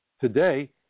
Today